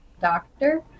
doctor